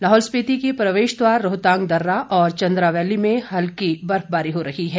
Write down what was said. लाहौल स्पीति के प्रवेश द्वार रोहतांग दर्रे और चंद्रावैली में हल्की बर्फबारी हो रही है